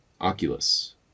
Oculus